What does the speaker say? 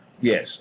yes